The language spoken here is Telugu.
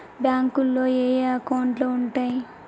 బ్యాంకులో ఏయే అకౌంట్లు ఉంటయ్?